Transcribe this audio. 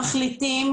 מחליטים,